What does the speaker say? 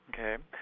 Okay